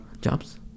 jobs